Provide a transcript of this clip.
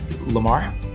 Lamar